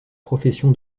profession